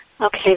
Okay